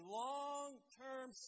long-term